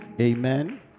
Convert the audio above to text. Amen